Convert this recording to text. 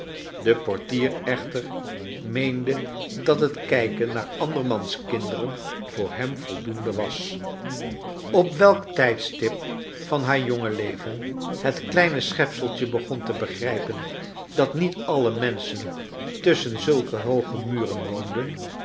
de portier echter meende dat het lujken naar andermans kinderen voor hem voldoende was op welk tijdstip van haar jonge leven het kleine schepseltje begon te begrijpen dat niet alle menschen tusschen zulke hooge muren woom